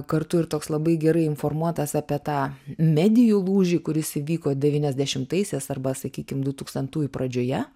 kartu ir toks labai gerai informuotas apie tą medijų lūžį kuris įvyko devyniasdešimtaisiais arba sakykim dutūkstantųjų pradžioje